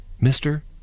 mister